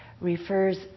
refers